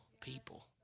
people